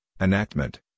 enactment